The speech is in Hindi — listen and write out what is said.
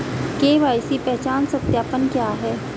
के.वाई.सी पहचान सत्यापन क्या है?